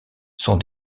sont